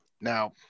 Now